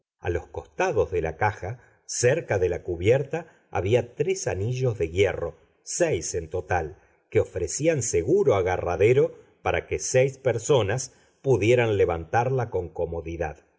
a los costados de la caja cerca de la cubierta había tres anillos de hierro seis en total que ofrecían seguro agarradero para que seis personas pudieran levantarla con comodidad